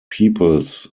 peoples